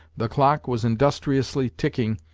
the clock was industriously ticking,